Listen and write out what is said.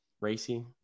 racy